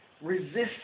resist